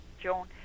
Joan